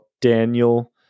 Daniel